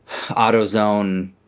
AutoZone